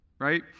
right